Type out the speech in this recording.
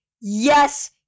Yes